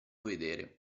vedere